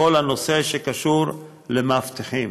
בכל הנושא שקשור למאבטחים.